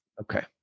Okay